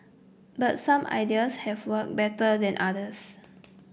but some ideas have worked better than others